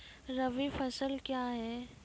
रबी फसल क्या हैं?